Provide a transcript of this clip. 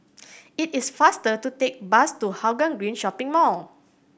it is faster to take bus to Hougang Green Shopping Mall